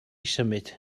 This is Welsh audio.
symud